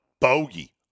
bogey